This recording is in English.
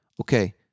Okay